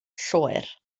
lloer